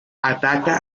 ataca